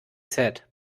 said